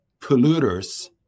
polluters